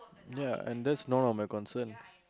ya and that's none of my concern